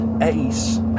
Ace